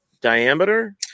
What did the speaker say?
diameter